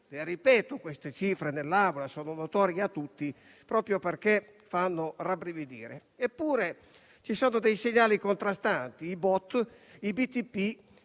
Ripeto queste cifre che in Assemblea sono note a tutti, proprio perché fanno rabbrividire. Eppure ci sono segnali contrastanti: i BOT e i BTP